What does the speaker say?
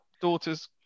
daughter's